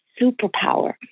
superpower